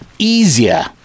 easier